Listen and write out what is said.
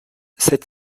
sept